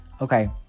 okay